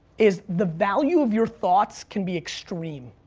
is the value of your thoughts can be extreme.